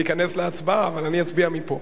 להיכנס להצבעה, אבל אני אצביע מפה.